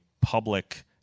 public